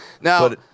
Now